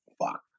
fuck